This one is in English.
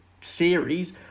series